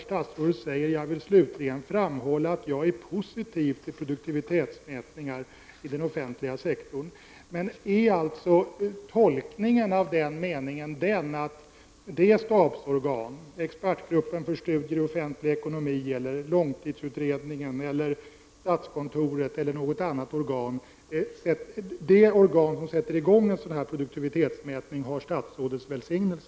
Statsrådet säger: ”Jag vill slutligen framhålla att jag är positiv till produktivitetsmätningar i den offentliga sektorn.” Skall den meningen tolkas som att det stabsorgan — expertgruppen för studier i offentlig ekonomi, långtidsutredningen, statskontoret eller något annat organ — det organ som sätter i gång en sådan här produktivitetsmätning har statsrådets välsignelse?